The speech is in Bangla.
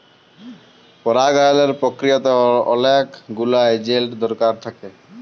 পরাগায়লের পক্রিয়াতে অলেক গুলা এজেল্ট দরকার থ্যাকে